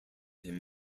him